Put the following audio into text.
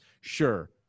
Sure